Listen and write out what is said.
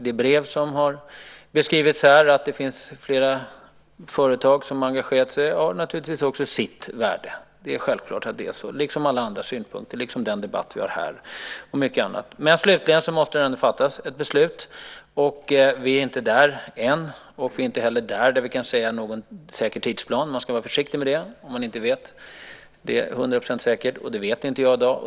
Det brev som nämnts här, och som beskriver att flera företag engagerat sig, har naturligtvis också sitt värde - självklart är det så. Detta gäller även alla andra synpunkter, liksom den debatt vi har nu och mycket annat. Men slutligen måste det ändå fattas ett beslut, och än är vi inte där. Vi kan inte heller ännu ge någon säker tidsplan. Man ska vara försiktig med att göra det om man inte är till hundra procent säker, och det är jag alltså inte i dag.